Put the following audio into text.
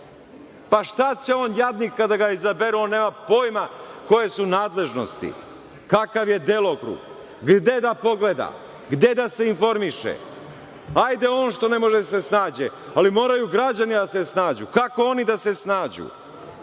Šta će on jadnik kada ga izaberu? On nema pojma koje su nadležnosti, kakav je delokrug, gde da pogleda, gde da se informiše. Hajde on što ne može da se snađe, ali moraju građani da se snađu, kako oni da se snađu